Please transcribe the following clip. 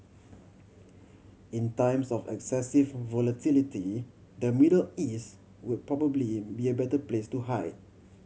in times of excessive volatility the Middle East would probably be a better place to hide